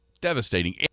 Devastating